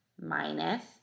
minus